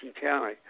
County